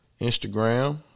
Instagram